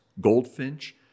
goldfinch